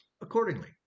accordingly